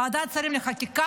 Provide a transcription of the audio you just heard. ועדת השרים לחקיקה,